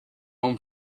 home